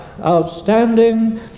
outstanding